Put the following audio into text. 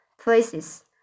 places